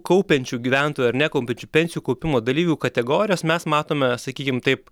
kaupiančių gyventojų ar nekaupiančių pensijų kaupimo dalyvių kategorijos mes matome sakykim taip